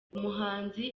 umuhanzi